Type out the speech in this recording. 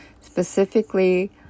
Specifically